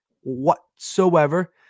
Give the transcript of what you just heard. whatsoever